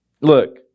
Look